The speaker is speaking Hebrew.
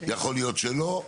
יכול להיות שלא.